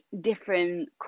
different